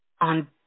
on